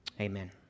Amen